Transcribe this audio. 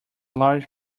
large